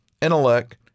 intellect